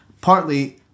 Partly